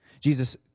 Jesus